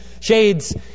shades